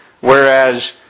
whereas